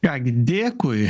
ką gi dėkui